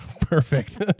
Perfect